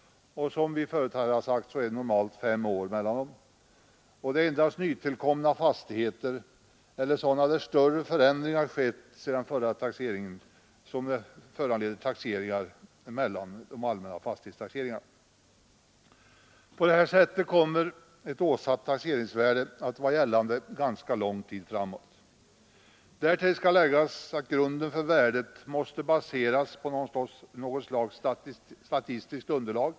Som vi förut sagt är det normalt fem år mellan dem. Det är endast nytillkomna fastigheter eller sådana där större förändringar skett sedan förra taxeringen som föranleder taxeringar mellan de allmänna fastighetstaxeringarna. Av den anledningen kommer ett åsatt taxeringsvärde att vara gällande ganska lång tid framåt. Därtill skall läggas att värdet måste baseras på något slags statistiskt underlag.